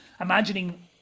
imagining